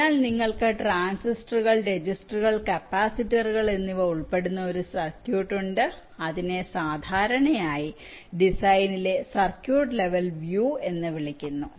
അതിനാൽ നിങ്ങൾക്ക് ട്രാൻസിസ്റ്ററുകൾ രജിസ്റ്ററുകൾ കപ്പാസിറ്ററുകൾ എന്നിവ ഉൾപ്പെടുന്ന ഒരു സർക്യൂട്ട് ഉണ്ട് അതിനെ സാധാരണയായി ഡിസൈനിലെ സർക്യൂട്ട് ലെവൽ വ്യൂ എന്ന് വിളിക്കുന്നു